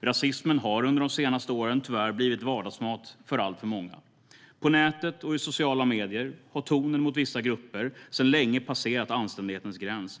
Rasismen har under de senaste åren tyvärr blivit vardagsmat för alltför många. På nätet och i sociala medier har tonen mot vissa grupper sedan länge passerat anständighetens gräns.